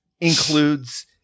includes